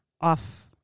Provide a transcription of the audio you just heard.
off